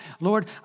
Lord